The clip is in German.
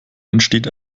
entsteht